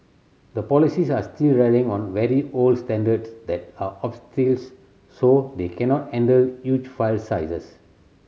the polices are still relying on very old standards that are so they cannot handle huge file sizes